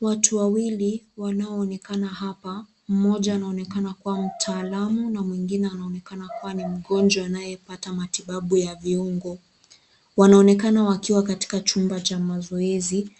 Watu wawili wanaonekana hapa, mmoja anaonekana mtaalam na mwingine anaonekana kuwa ni mgonjwa anayepata matibabu ya viungo. Wanaonekana wakiwa katika chumba cha mazoezi